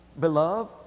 Beloved